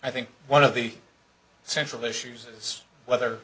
i think one of the central issues is whether